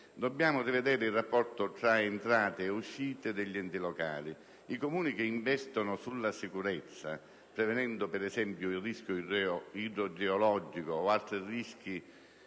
Dobbiamo rivedere il rapporto tra entrate e uscite degli enti locali. I Comuni che investono sulla sicurezza - prevenendo per esempio il rischio idrogeologico o altri rischi